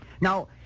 Now